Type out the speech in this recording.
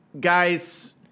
guys